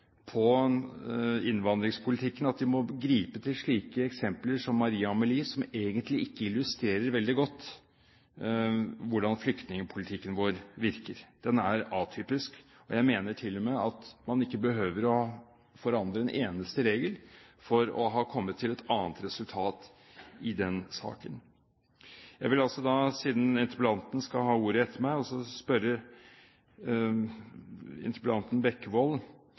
på innvandringspolitikken, at de må gripe til slike eksempler som Maria Amelie-saken, som egentlig ikke illustrerer veldig godt hvordan flyktningpolitikken vår virker. Den er atypisk, og jeg mener til og med at man ikke behøver å forandre en eneste regel for å kunne komme til et annet resultat i den saken. Jeg vil da – siden han skal ha ordet etter meg – spørre interpellanten, Bekkevold,